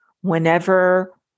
whenever